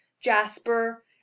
Jasper